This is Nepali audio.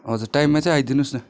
हजुर टाइममै चाहिँ आइदिनुहोस् न